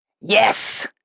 Yes